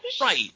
Right